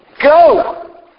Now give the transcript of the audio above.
Go